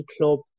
Club